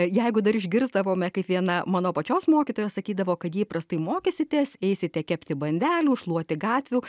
jeigu dar išgirsdavome kaip viena mano pačios mokytoja sakydavo kad jei prastai mokysitės eisite kepti bandelių šluoti gatvių